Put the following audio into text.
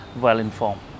well-informed